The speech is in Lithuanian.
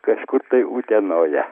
kažkur tai utenoje